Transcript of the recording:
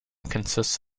consists